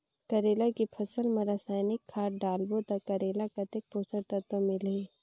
करेला के फसल मा रसायनिक खाद डालबो ता करेला कतेक पोषक तत्व मिलही?